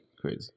crazy